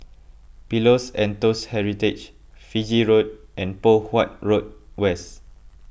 Pillows and Toast Heritage Fiji Road and Poh Huat Road West